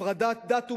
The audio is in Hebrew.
הפרדת דת ומדינה,